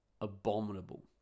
abominable